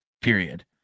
Period